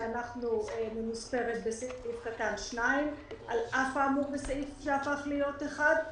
שממוספרת בפסקה (2): על אף האמור בפסקה (1),